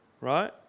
right